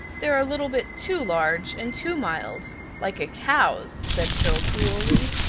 they're a little bit too large and too mild like a cow's, said phil cruelly.